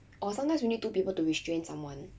or sometimes we need two people to restrain someone